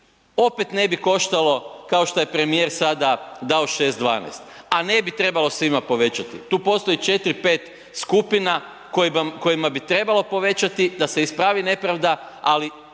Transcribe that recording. opet ne bi koštalo kao što je premijer sada dao 6,12 a ne bi trebao svima povećati. Tu postoji 4, 5 skupina kojima bi trebalo povećati da se ispravi nepravda ali